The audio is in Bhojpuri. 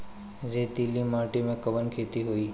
रेतीली माटी में कवन खेती होई?